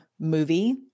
movie